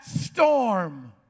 storm